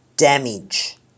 Damage